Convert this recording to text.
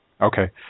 Okay